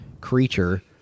creature